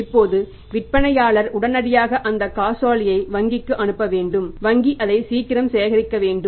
இப்போது விற்பனையாளர் உடனடியாக அந்த காசோலையை வங்கிக்கு அனுப்ப வேண்டும் வங்கி அதை சீக்கிரம் சேகரிக்க வேண்டும்